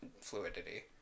fluidity